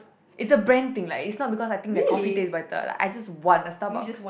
it's a brand thing like it's not because I think their coffee taste better like I just want a Starbucks